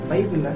Bible